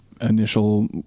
initial